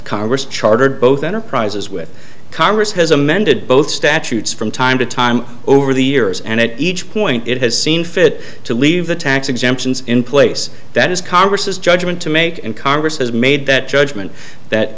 congress chartered both enterprises with congress has amended both statutes from time to time over the years and at each point it has seen fit to leave the tax exemptions in place that is congress judgment to make and congress has made that judgment that